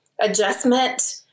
adjustment